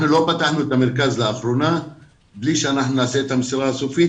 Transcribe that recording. אנחנו לאחרונה לא פתחנו את המרכז בלי שנעשה את המסירה הסופית